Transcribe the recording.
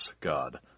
God